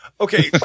Okay